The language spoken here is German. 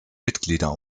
mitglieder